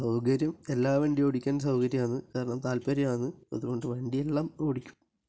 സൗകര്യം എല്ലാ വണ്ടിയും ഓടിക്കാൻ സൗകര്യമാണ് കാരണം താൽപ്പര്യമാണ് അതുകൊണ്ട് വണ്ടിയെല്ലാം ഓടിക്കും